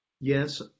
Yes